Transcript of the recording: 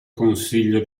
consiglio